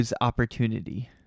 opportunity